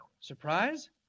Surprise